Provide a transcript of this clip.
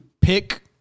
pick